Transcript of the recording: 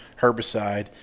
herbicide